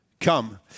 come